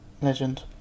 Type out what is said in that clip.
legend